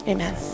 Amen